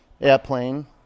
Airplane